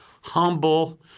humble